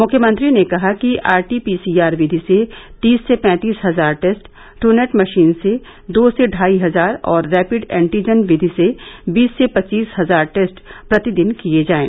मुख्यमंत्री ने कहा कि आरटी पीसीआर विधि से तीस से पैंतीस हजार टेस्ट ट्रूनैट मशीन से दो से ढाई हजार और रैपिड एन्टीजन विधि से बीस से पच्चीस हजार टेस्ट प्रतिदिन किए जाएं